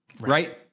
right